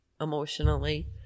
emotionally